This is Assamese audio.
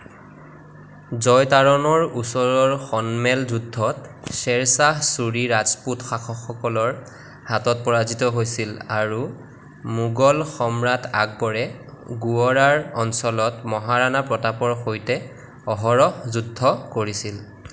জয়তাৰণৰ ওচৰৰ সন্মেল যুদ্ধত শ্বেৰশ্বাহ ছুৰী ৰাজপুত শাসকসকলৰ হাতত পৰাজিত হৈছিল আৰু মোগল সম্ৰাট আকবৰে গোৰৱাৰ অঞ্চলত মহাৰাণা প্ৰতাপৰ সৈতে অহৰহ যুদ্ধ কৰিছিল